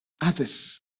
Others